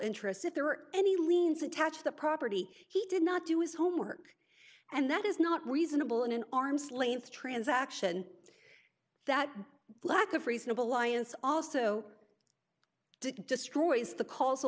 interest if there were any liens attached the property he did not do his homework and that is not reasonable in an arm's length transaction that lack of reasonable alliance also destroys the ca